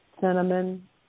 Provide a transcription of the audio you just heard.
cinnamon